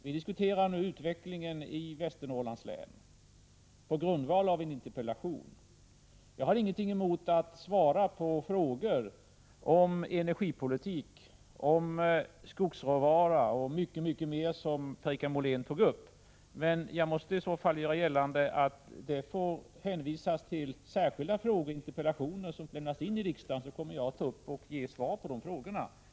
Vi diskuterar nu utvecklingen i Västernorrlands län, på grundval av en interpellation. Jag har ingenting emot att svara på frågor om energipolitik, skogsråvara och mycket mer, som Per-Richard Molén tog upp, men jag måste i så fall hänvisa till att särskilda frågor och interpellationer får lämnas till riksdagen. Om så sker kommer jag att ta upp och ge svar på de frågorna.